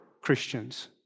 Christians